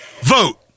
Vote